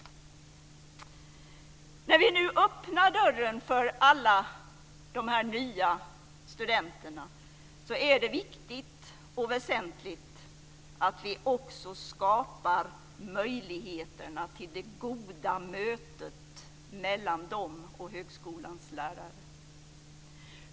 När vi nu öppnar dörren för alla de nya studenterna är det viktigt och väsentligt att vi också skapar möjligheterna till det goda mötet mellan dem och högskolans lärare.